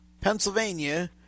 pennsylvania